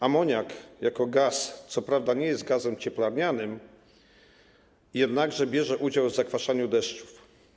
Amoniak jako gaz co prawda nie jest gazem cieplarnianym, jednakże bierze udział w zakwaszaniu deszczów.